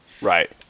Right